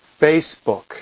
Facebook